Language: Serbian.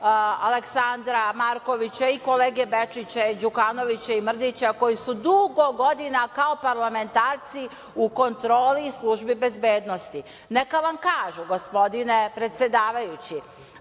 Aleksandra Mrkovića i kolege Bečića, Đukanovića i Mrdića, koji su dugo godina kao parlamentarci u kontroli službi bezbednosti. Neka vam kažu, gospodine predsedavajući,